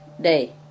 day